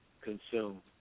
consume